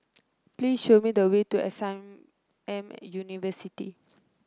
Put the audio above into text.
please show me the way to a Sam M University